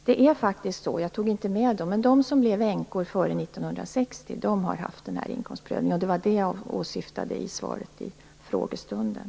De som blev änkor före 1960 har fått göra inkomstprövningen. Det var det som jag åsyftade i svaret i frågestunden.